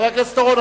חבר הכנסת אורון,